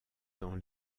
dans